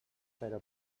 però